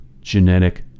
genetic